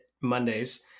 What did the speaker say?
Mondays